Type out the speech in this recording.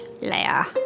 layer